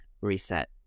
reset